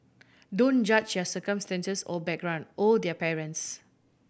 don't judge their circumstances or background or their parents